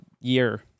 year